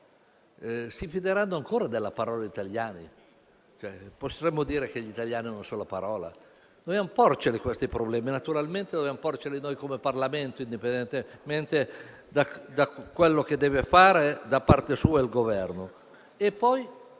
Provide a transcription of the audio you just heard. Si fideranno ancora della parola degli italiani? Potremo dire che gli italiani hanno una sola parola? Dobbiamo porceli questi problemi. Naturalmente, dobbiamo porceli come Parlamento, indipendentemente da quello che deve fare, da parte sua, il Governo. Vengo